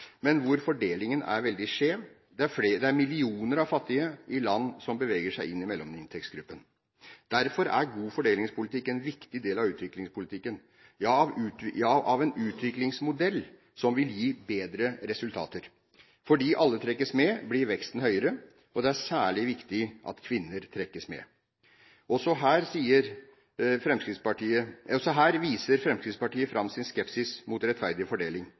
men hvor fordelingen er veldig skjev. Det er millioner av fattige i land som beveger seg inn i mellominntektsgruppen. Derfor er god fordelingspolitikk en viktig del av utviklingspolitikken, ja av en utviklingsmodell som vil gi bedre resultater. Fordi alle trekkes med, blir veksten høyere. Det er særlig viktig at kvinner trekkes med. Også her viser Fremskrittspartiet fram sin skepsis mot rettferdig fordeling.